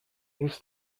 he’s